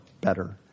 better